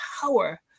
power